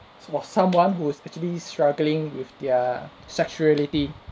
for someone who's actually struggling with their sexuality